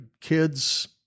kids